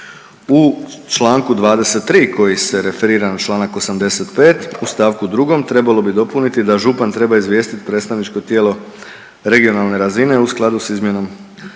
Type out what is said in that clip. U članku 23. koji se referira na članak 85. u stavku 2. trebalo bi dopuniti da župan treba izvijestiti predstavničko tijelo regionalne razine u skladu sa izmjenom